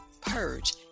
purge